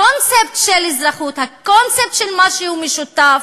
הקונספט של אזרחות, הקונספט של משהו משותף,